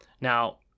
Now